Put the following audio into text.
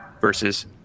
versus